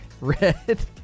Red